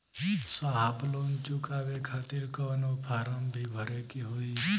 साहब लोन चुकावे खातिर कवनो फार्म भी भरे के होइ?